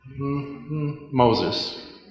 Moses